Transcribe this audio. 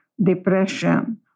Depression